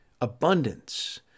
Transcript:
abundance